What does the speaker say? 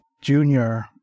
junior